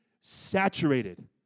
saturated